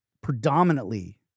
predominantly